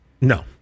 No